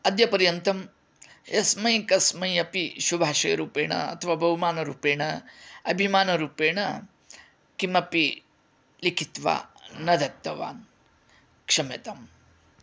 अद्य पर्यन्तं यस्मै कस्मै अपि शुभाशयरूपेण अथवा बहुमानरूपेण अभिमानरूपेण किमपि लिखित्वा न दत्तवान् क्षम्यताम्